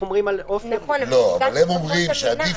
על אומרים על אופן- -- הם אומרים שעדיף